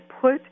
put